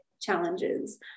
challenges